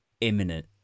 imminent